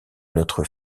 notre